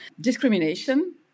discrimination